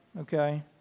Okay